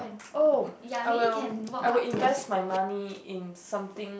oh I will I will invest my money in something